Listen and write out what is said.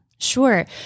Sure